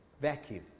vacuum